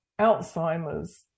Alzheimer's